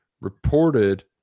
reported